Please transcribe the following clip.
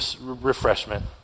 refreshment